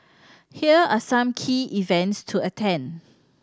here are some key events to attend